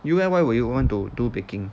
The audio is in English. you leh why would you want to do baking